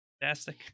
Fantastic